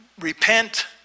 repent